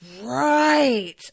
Right